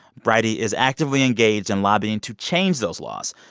bridie is actively engaged in lobbying to change those laws.